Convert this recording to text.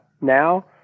now